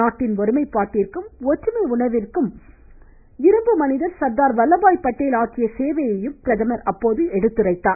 நாட்டின் ஒருமைப்பாட்டிற்கும் ஒற்றுமை உணர்விற்கும் இரும்பு மனிதர் சர்தார் வல்லபாய் படேல் ஆற்றிய சேவையை பிரதமர் எடுத்துரைத்தார்